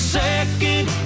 second